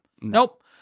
Nope